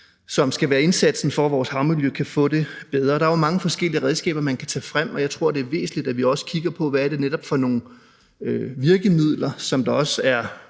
der skal være indsatsen, for at vores havmiljø kan få det bedre. Der er jo mange forskellige redskaber, man kan tage frem, og jeg tror, det er væsentligt, at vi også kigger på, hvilke virkemidler der også er